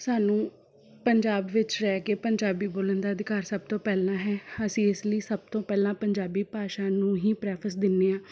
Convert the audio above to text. ਸਾਨੂੰ ਪੰਜਾਬ ਵਿੱਚ ਰਹਿ ਕੇ ਪੰਜਾਬੀ ਬੋਲਣ ਦਾ ਅਧਿਕਾਰ ਸਭ ਤੋਂ ਪਹਿਲਾਂ ਹੈ ਅਸੀਂ ਇਸ ਲਈ ਸਭ ਤੋਂ ਪਹਿਲਾਂ ਪੰਜਾਬੀ ਭਾਸ਼ਾ ਨੂੰ ਹੀ ਪ੍ਰੈਫਸ ਦਿੰਦੇ ਹਾਂ